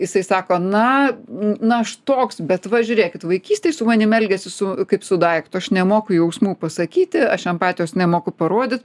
jisai sako na na aš toks bet va žiūrėkit vaikystėj su manimi elgėsi su kaip su daiktu aš nemoku jausmo pasakyti aš empatijos nemoku parodyt